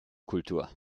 kultur